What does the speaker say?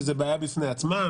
שזו בעיה בפני עצמה,